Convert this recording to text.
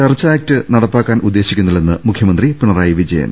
church act നടപ്പാക്കാൻ ഉദ്ദേശിക്കുന്നില്ലെന്ന് മുഖ്യമന്ത്രി പിണ റായി വിജയൻ